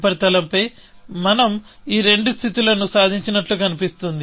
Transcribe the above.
ఉపరితలంపై మనం ఈ రెండు స్థితులను ను సాధించినట్లు కనిపిస్తోంది